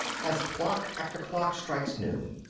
as clock after clock strikes noon.